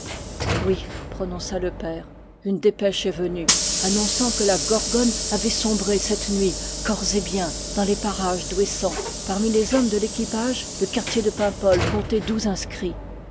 oui prononça le père une dépêche est venue annon çant que la gorgone avait sombré cette nuit corps et biens dans les parages d'ouessant parmi les hommes de l'équi page le quartier de paimpol comptait douze inscrits